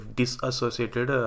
disassociated